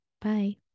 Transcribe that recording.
Bye